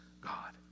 God